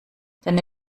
deine